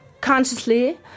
consciously